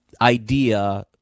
idea